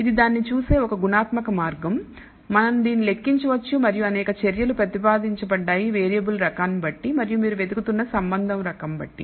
ఇది దాన్నిచూసే ఒక గుణాత్మక మార్గం మనం దీనిని లెక్కించవచ్చు మరియు అనేక చర్యలు ప్రతిపాదించబడ్డాయి వేరియబుల్ రకం బట్టి మరియు మీరు వెతుకుతున్న సంబంధం రకం బట్టి